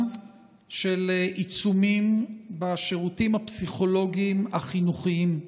של עיצומים בשירותים הפסיכולוגיים-החינוכיים.